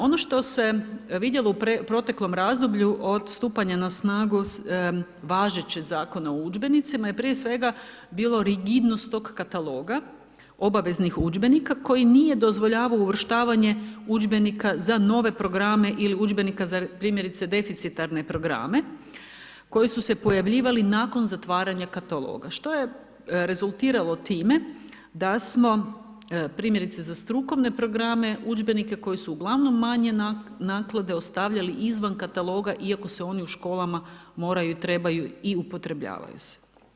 Ono što se vidjelo u proteklom razdoblju, od stupanja na snagu važećeg Zakona o udžbenicima i prije svega bilo rigidnost tog kataloga obveznih udžbenika koji nije dozvoljavao uvrštavanje udžbenika za nove programe ili udžbenika za primjerice deficitarne programe koji su se pojavljivali nakon zatvaranja kataloga, što je rezultiralo time da smo primjerice za strukovne programe, udžbenike koji su uglavnom manje naklade, ostavljali izvan kataloga iako se oni u školama moraju, trebaju i upotrebljavaju se.